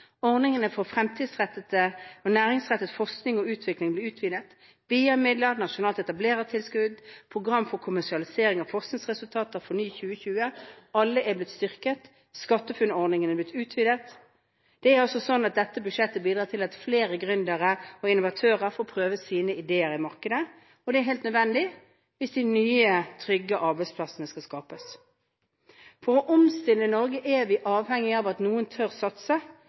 Ordningene for fremtidsrettet og næringsrettet forskning og utvikling blir utvidet. BIA-midler, nasjonalt etablerertilskudd, program for kommersialisering av forskningsresultater, FORNY 2020: Alle disse tiltakene har blitt styrket. SkatteFUNN-ordningen har blitt utvidet. Dette budsjettet bidrar til at flere gründere og innovatører får prøve sine ideer i markedet. Det er helt nødvendig hvis de nye, trygge arbeidsplassene skal skapes. For å omstille Norge er vi avhengige av at noen tør å satse.